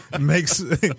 makes